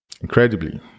Incredibly